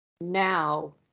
now